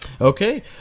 Okay